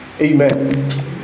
Amen